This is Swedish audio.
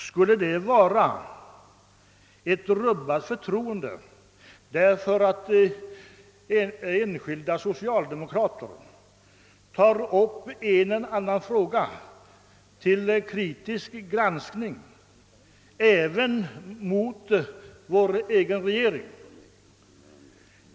Skulle det föreligga ett rubbat förtroende därför att enskilda socialdemokrater tar upp en och annan fråga till kritisk granskning även i opposition mot vår egen regering?